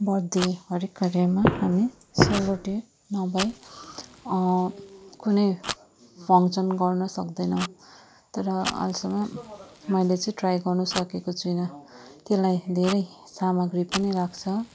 birth day हरएक कार्यमा हामी सेलरोटी नभई कुनै फङसन गर्न सक्दैनौँ तर अहिलेसम्म मैले चाहिँ ट्राई गर्नु सकेको छुइनँ त्यसलाई धेरै सामग्री पनि लाग्छ